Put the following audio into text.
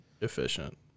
efficient